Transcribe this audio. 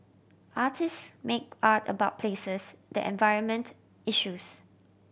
artist make art about places the environment issues